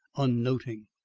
unnoting.